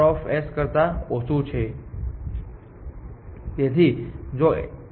યાદ રાખો કે મેં g લખ્યું છે મારે f લખવું જોઈએ બંને એક જ વસ્તુ છે કારણ કે fg0 કારણ કે h 0 છે